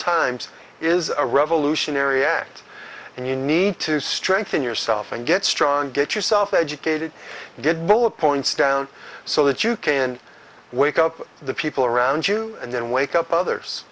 times is a revolutionary act and you need to strengthen yourself and get strong get yourself educated get both points down so that you can wake up the people around you and then wake up others